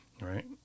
Right